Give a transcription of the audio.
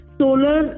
solar